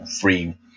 free